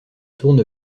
tourne